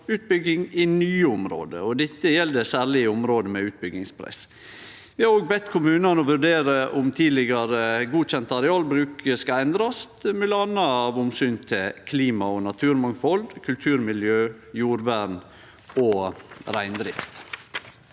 utbygging i nye område. Dette gjeld særleg i område med utbyggingspress. Vi har òg bedt kommunane vurdere om tidlegare godkjent arealbruk skal endrast, m.a. av omsyn til klima, naturmangfald, kulturmiljø, jordvern og reindrift.